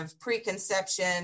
preconception